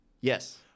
Yes